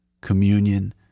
communion